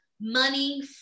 money